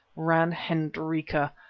ran hendrika,